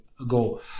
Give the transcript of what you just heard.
ago